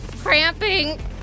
Cramping